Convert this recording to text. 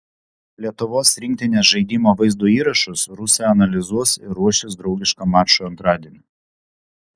lietuvos rinktinės žaidimo vaizdo įrašus rusai analizuos ir ruošis draugiškam mačui antradienį